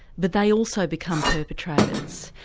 but they also become perpetrators,